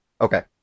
Okay